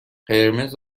قرمز